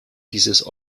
dieses